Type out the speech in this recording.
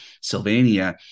Sylvania